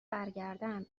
برگردم